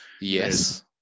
Yes